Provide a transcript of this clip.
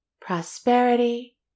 prosperity